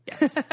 Yes